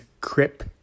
Crip